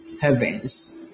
heavens